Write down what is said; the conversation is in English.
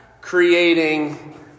creating